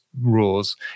rules